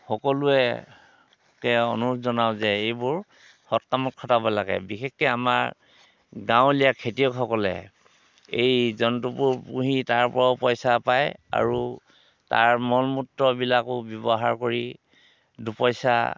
সকলোৱে তেওঁ অনুৰোধ জনাওঁ যে এইবোৰ সৎ কামত খটাব লাগে বিশেষকৈ আমাৰ গাঁৱলীয়া খেতিয়কসকলে এই জন্তুবোৰ পুঁহি তাৰ পৰাও পইচা পায় আৰু তাৰ মলমূত্ৰবিলাকো ব্যৱহাৰ কৰি দুপইচা